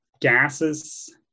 gases